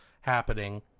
happening